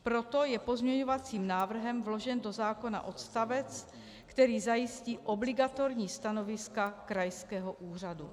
Proto je pozměňovacím návrhem vložen do zákona odstavec, který zajistí obligatorní stanoviska krajského úřadu.